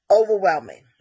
overwhelming